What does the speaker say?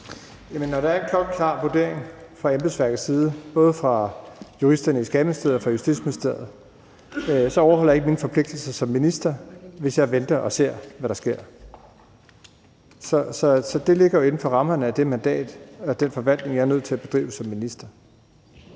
når der er en klokkeklar vurdering fra embedsværkets side – det er både juristerne i Skatteministeriet og i Justitsministeriet – så overholder jeg ikke mine forpligtelser som minister, hvis jeg venter og ser, hvad der sker. Så det ligger jo inden for rammerne af mit mandat og den forvaltning, jeg er nødt til at bedrive som minister.